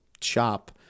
shop